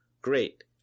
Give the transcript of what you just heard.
great